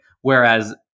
Whereas